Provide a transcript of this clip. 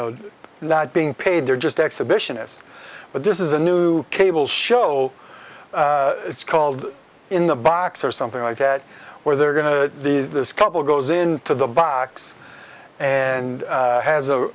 know not being paid they're just exhibitionist but this is a new cable show it's called in the box or something like that where they're going to this couple goes into the box and has